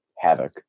havoc